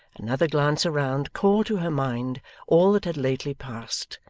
another glance around called to her mind all that had lately passed,